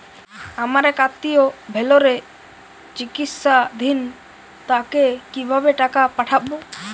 আমার এক আত্মীয় ভেলোরে চিকিৎসাধীন তাকে কি ভাবে টাকা পাঠাবো?